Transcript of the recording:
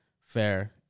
fair